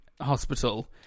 hospital